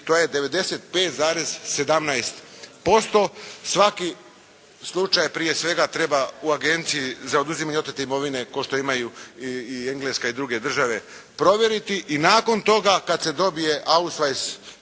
to je 95,17%. Svaki slučaj prije svega treba u Agenciji za oduzimanje otete imovine, kao što imaju i Engleska i druge države provjeriti, i nakon toga kada se dobije … te